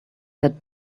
that